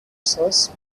sauce